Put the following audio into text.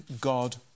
God